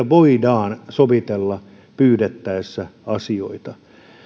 voidaan sovitella pyydettäessä asioita